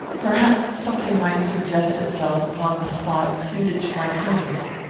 perhaps something might suggest itself, upon the spot, suited to my purpose.